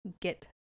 get